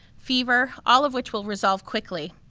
fever, all of which will resolve quickly.